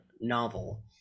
novel